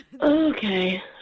Okay